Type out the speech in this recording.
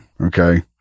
okay